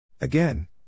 Again